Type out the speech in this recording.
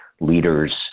leaders